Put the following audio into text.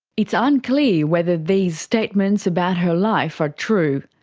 it's unclear whether these statements about her life are true.